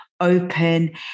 open